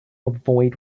avoid